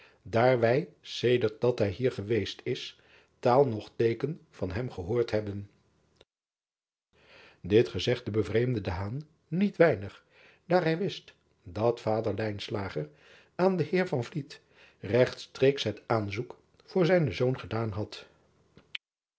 wij sedert dat hij hier geweest is taal noch teeken van hem gehoord hebben it gezegde bevreemdde niet weinig daar hij wist dat vader aan den eer regtstreeks het aanzoek voor zijnen zoon gedaan had